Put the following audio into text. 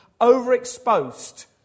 overexposed